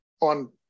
on